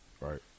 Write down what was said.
Right